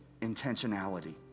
intentionality